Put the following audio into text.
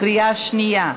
בקריאה שנייה.